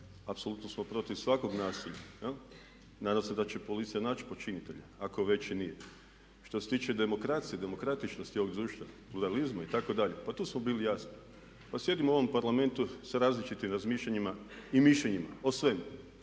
apsolutno smo protiv svakog nasilja. Nadam se da će policija naći počinitelja, ako već nije. Što se tiče demokracije, demokratičnosti ovog društva, pluralizma itd. Pa tu smo bili jasni. Pa sjedimo u ovom Parlamentu s različitim razmišljanjima i mišljenjima o svemu